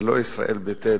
זה לא ישראל ביתנו.